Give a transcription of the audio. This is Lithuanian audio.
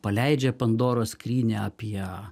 paleidžia pandoros skrynią apie